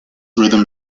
rhythm